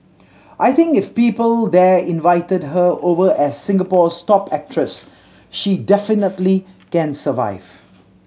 I think if people there invited her over as Singapore's top actress she definitely can survive